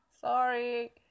Sorry